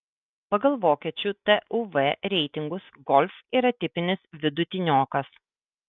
pagal vokiečių tuv reitingus golf yra tipinis vidutiniokas